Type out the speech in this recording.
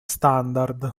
standard